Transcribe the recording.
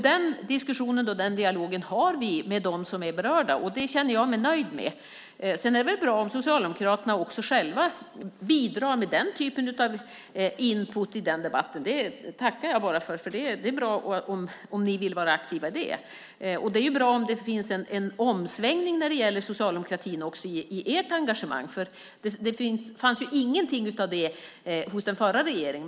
Den diskussionen har vi med dem som är berörda. Det känner jag mig nöjd med. Sedan är det bra om också Socialdemokraterna bidrar med den typen av input till debatten. Det tackar jag bara för. Det är bra om ni vill vara aktiva, det är bra om det skett en omsvängning när det gäller socialdemokratins engagemang, för det fanns ingenting av det hos den förra regeringen.